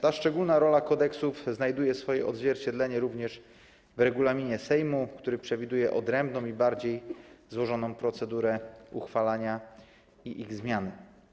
Ta szczególna rola kodeksów znajduje swoje odzwierciedlenie również w regulaminie Sejmu, który przewiduje odrębną i bardziej złożoną procedurę ich uchwalania i zmian.